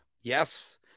yes